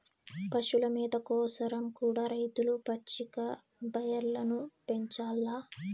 పశుల మేత కోసరం కూడా రైతులు పచ్చిక బయల్లను పెంచాల్ల